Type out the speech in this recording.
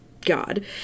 god